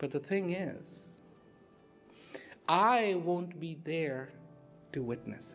but the thing is i won't be there to witness